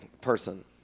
person